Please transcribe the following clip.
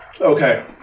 Okay